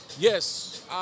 Yes